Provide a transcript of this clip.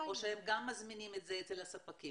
או שהם גם מזמינים את זה אצל הספקים?